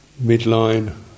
midline